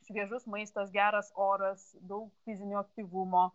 šviežus maistas geras oras daug fizinio aktyvumo